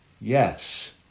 Yes